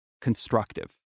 constructive